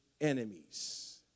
enemies